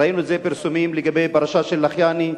ראינו את הפרסומים לגבי הפרשייה של לחיאני,